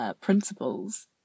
principles